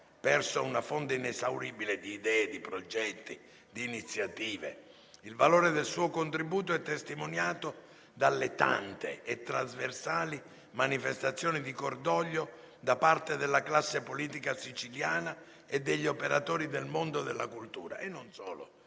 perso una fonte inesauribile di idee, di progetti di iniziative. Il valore del suo contributo è testimoniato dalle tante e trasversali manifestazioni di cordoglio da parte della classe politica siciliana e degli operatori del mondo della cultura, non solo